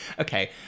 Okay